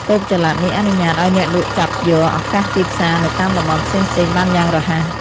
តូបចល័តនេះអនុញ្ញាតឱ្យអ្នកលក់ចាប់យកឱកាសទីផ្សារនៅតាមតំបន់ផ្សេងៗបានយ៉ាងរហ័ស។